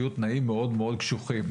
יהיו תנאים מאוד מאוד קשוחים,